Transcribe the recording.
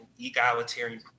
egalitarian